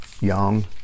young